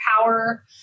power